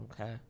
Okay